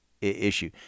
issue